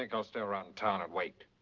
like i'll stay around town and wait.